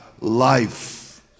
life